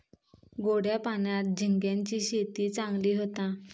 गोड्या पाण्यात झिंग्यांची शेती चांगली होता